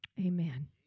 amen